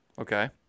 Okay